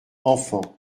enfants